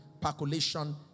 percolation